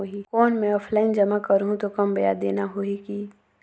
कौन मैं ऑफलाइन जमा करहूं तो कम ब्याज देना होही की?